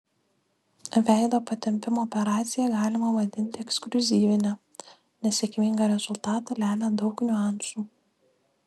veido patempimo operaciją galima vadinti ekskliuzyvine nes sėkmingą rezultatą lemia daug niuansų